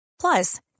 Plus